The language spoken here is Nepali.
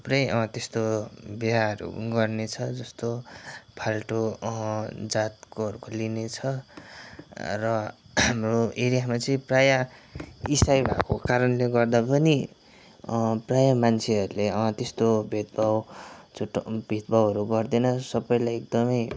थुप्रै त्यस्तो बिहाहरू गर्नेछ जस्तो फाल्टो जातकोहरूको लिनेछ र हाम्रो एरियामा चाहिँ प्राय इसाई भएको कारणले गर्दा पनि प्राय मान्छेहरूले त्यस्तो भेदभाव छुटाउ भेदभावहरू गर्दैन सबैलाई एकदमै